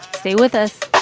stay with us